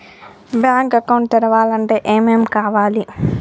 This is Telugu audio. బ్యాంక్ అకౌంట్ తెరవాలంటే ఏమేం కావాలి?